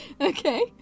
Okay